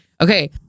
Okay